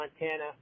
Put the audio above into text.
Montana